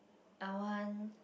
I want